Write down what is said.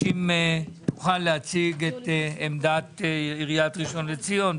להציג את עמדת עיריית ראשון לציון.